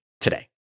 today